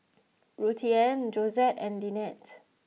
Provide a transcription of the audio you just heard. Ruthanne Josette and Linette